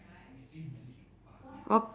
what